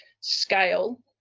scale